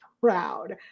proud